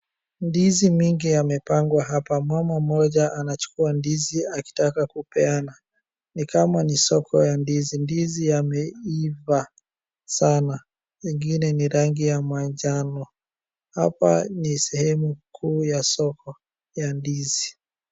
Ndizi mingi yamepangwa hapa, mama mmoja anachukua ndizi akitaka kupeana. Ni kama ni soko ya ndizi. Ndizi yameiva sana, mengine ni rangi ya manjano. Hapa ni sehemu kuu ya soko ya ndizi.